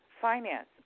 finance